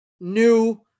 new